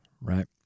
right